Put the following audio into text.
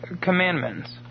commandments